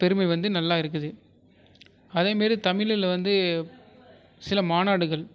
பெருமை வந்து நல்லா இருக்குது அதே மாரி தமிழில் வந்து சில மாநாடுகள்